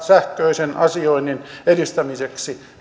sähköisen asioinnin edistämiseksi